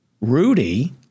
Rudy